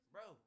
Bro